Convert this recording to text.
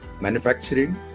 manufacturing